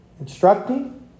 instructing